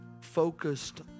focused